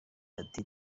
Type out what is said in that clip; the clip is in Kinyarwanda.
ati